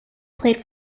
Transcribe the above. played